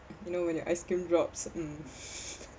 you know when your ice cream drops mm